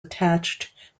attached